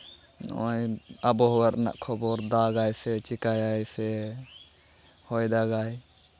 ᱱᱚᱜᱼᱚᱭ ᱟᱵᱚᱦᱟᱣᱟ ᱨᱮᱱᱟᱜ ᱠᱷᱚᱵᱚᱨ ᱫᱟᱜᱟᱭ ᱥᱮ ᱪᱤᱠᱟᱹᱭᱟᱭ ᱥᱮ ᱦᱚᱭ ᱫᱟᱜᱟᱭ